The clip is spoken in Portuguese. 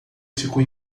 ficou